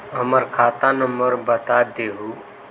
हमर खाता नंबर बता देहु?